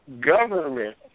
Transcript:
government